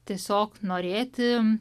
tiesiog norėti